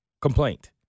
Complaint